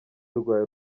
rwawe